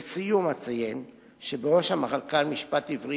לסיכום אציין שבראש המחלקה למשפט עברי